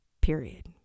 period